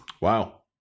Wow